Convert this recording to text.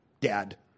Dad